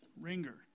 ringer